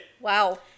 Wow